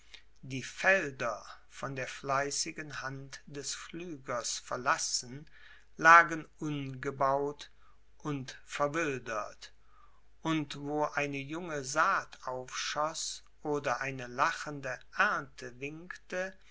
die felder von der fleißigen hand des pflügers verlassen lagen ungebaut und verwildert und wo eine junge saat aufschoß oder eine lachende ernte winkte